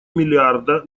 миллиарда